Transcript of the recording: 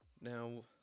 now